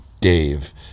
dave